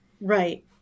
Right